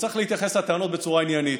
צריך להתייחס לטענות בצורה עניינית.